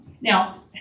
now